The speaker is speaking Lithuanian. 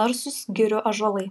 narsūs girių ąžuolai